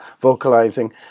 vocalizing